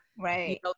right